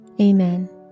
Amen